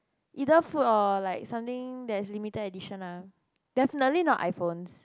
either food or like something there's limited edition lah definitely not iPhones